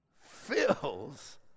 fills